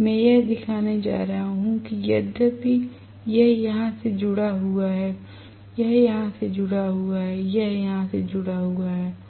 मैं यह दिखाने जा रहा हूं कि यद्यपि यह यहां से जुड़ा हुआ है यह यहां से जुड़ा हुआ है यह यहां से जुड़ा हुआ है